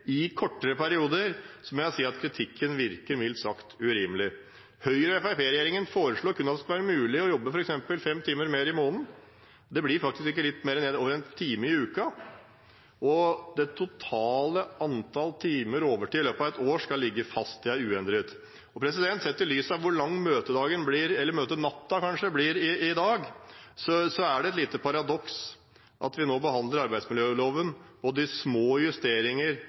i kortere perioder, må jeg si virker mildt sagt urimelig. Høyre–Fremskrittsparti-regjeringen foreslår kun at det skal være mulig å jobbe f.eks. fem timer mer i måneden. Det blir faktisk ikke mer enn litt over en time i uka. Det totale antall timer overtid i løpet av et år skal ligge fast – det er uendret. Sett i lys av hvor lang møtedagen – eller kanskje møtenatta – blir i dag, er det et lite paradoks at vi nå behandler arbeidsmiljøloven og de små justeringer